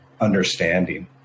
understanding